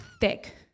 thick